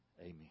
Amen